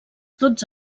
dotze